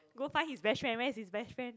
go find his best friend where's he's best friend